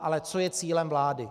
Ale co je cílem vlády?